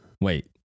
wait